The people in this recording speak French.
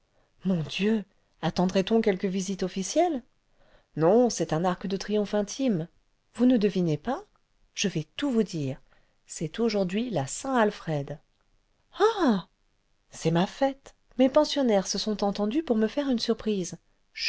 mon dieu attendrait on quelque visite officielle non c'est un arc de triomphe intime vous ne devinez pas je vais tout vous dire c'est aujourd'hui la saint alfred ah c'est ma fête mes pensionnaires se sont entendus pour me faire une surprise